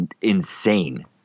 insane